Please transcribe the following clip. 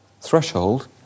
threshold